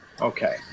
Okay